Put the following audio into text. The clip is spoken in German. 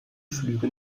flüge